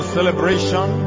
Celebration